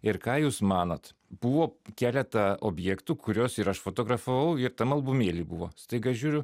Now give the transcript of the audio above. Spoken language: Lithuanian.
ir ką jūs manot buvo keleta objektų kuriuos ir aš fotografavau ir tam albumėly buvo staiga žiūriu